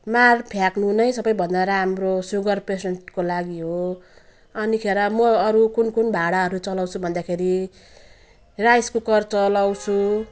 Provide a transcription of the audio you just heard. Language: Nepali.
माड फ्याँक्नु नै सबभन्दा राम्रो सुगर पेसेन्टको लागि हो अनिखेर म अरू कुन कुन भाँडाहरू चलाउँछु भन्दाखेरि राइस कुकर चलाउँछु